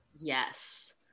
yes